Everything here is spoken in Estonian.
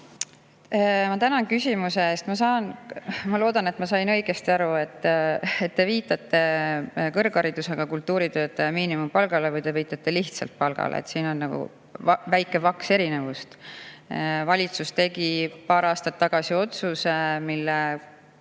Ma tänan küsimuse eest! Ma loodan, et ma sain õigesti aru, et te viitasite kõrgharidusega kultuuritöötaja miinimumpalgale. Või viitasite lihtsalt palgale? Siin on nagu väike vaks erinevust. Valitsus tegi paar aastat tagasi otsuse, mille